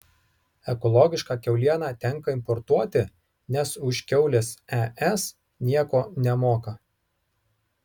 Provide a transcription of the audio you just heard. ekologišką kiaulieną tenka importuoti nes už kiaules es nieko nemoka